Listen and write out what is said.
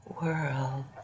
world